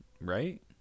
Right